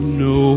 no